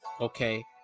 okay